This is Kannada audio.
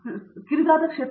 ದೀಪಾ ವೆಂಕಟೇಶ್ ಸರಿ